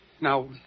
Now